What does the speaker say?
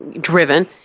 driven